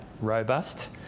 robust